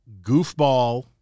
goofball